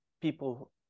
people